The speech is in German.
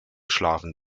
schlafen